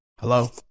hello